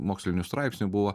mokslinių straipsnių buvo